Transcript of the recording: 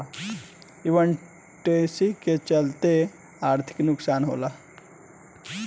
investing के चलते आर्थिक नुकसान होला